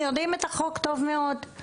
יודעים את החוק טוב מאוד.